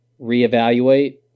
reevaluate